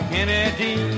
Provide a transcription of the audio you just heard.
Kennedy